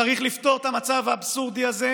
צריך לפתור את המצב האבסורדי הזה,